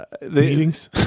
meetings